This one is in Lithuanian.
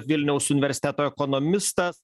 vilniaus universiteto ekonomistas